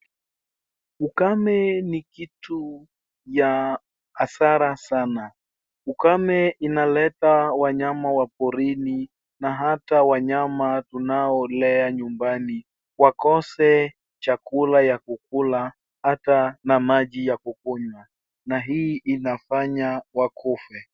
Ukame ni kitu ya hasara sana. Ukame inaleta wanyama wa porini na hata wanyama tunaolea nyumbani wakose chakula ya kukula hata na maji ya kukunywa, na hii inafanya wakufe.